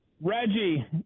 Reggie